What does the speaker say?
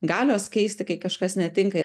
galios keisti kai kažkas netinka